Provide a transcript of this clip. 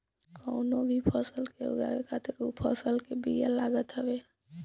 कवनो भी फसल के उगावे खातिर उ फसल के बिया लागत हवे